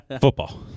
Football